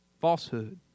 falsehood